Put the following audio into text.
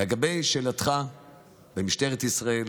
לגבי שאלתך למשטרת ישראל,